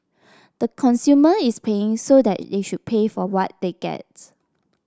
the consumer is paying so they should pay for what they get